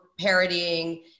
parodying